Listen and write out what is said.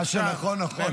מה שנכון נכון.